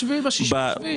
ב-6.7.